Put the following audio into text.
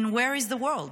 And where is the world?